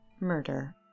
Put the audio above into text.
murder